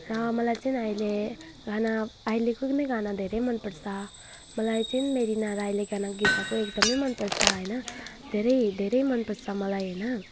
र मलाई चाहिँ अहिले गाना अहिलेको नै गाना धेरै मन पर्छ मलाई चाहिँ मेलिना राईले गाना गीत गाएको एकदम मन पर्छ होइन धेरै धेरै मन पर्छ मलाई होइन